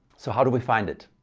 so how do we find it?